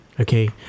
okay